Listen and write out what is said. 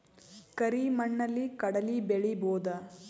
ಕರಿ ಮಣ್ಣಲಿ ಕಡಲಿ ಬೆಳಿ ಬೋದ?